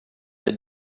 the